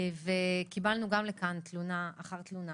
קיבלנו גם לכאן תלונה אחר תלונה,